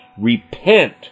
Repent